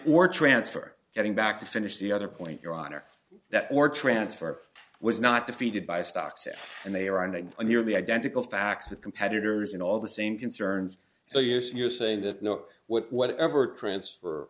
or transfer getting back to finish the other point your honor that or transfer was not defeated by stocks and they are on a nearly identical facts with competitors in all the same concerns so yes you're saying that no what whatever transfer